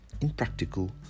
impractical